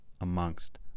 amongst